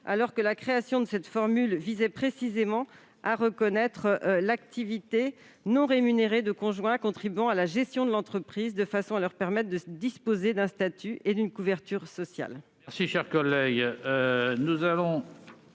: la création de cette formule visait précisément à reconnaître l'activité non rémunérée de conjoints contribuant à la gestion de l'entreprise, de façon à leur permettre de disposer d'un statut et d'une couverture sociale.